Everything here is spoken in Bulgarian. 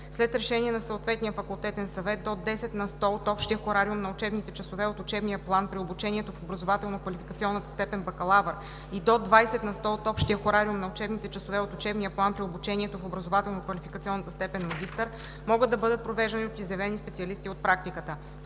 След решение на съответния факултетен съвет до 10 на сто от общия хорариум на учебните часове от учебния план при обучението в образователно-квалификационната степен „бакалавър“ и до 20 на сто от общия хорариум на учебните часове от учебния план при обучението в образователно-квалификационната степен „магистър“ могат да бъдат провеждани от изявени специалисти от практиката.“